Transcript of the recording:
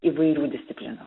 įvairių disciplinų